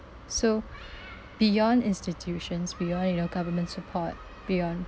so beyond institutions beyond you know government support beyond